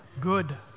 Good